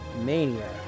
Mania